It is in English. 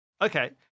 Okay